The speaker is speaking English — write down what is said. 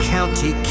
County